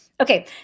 Okay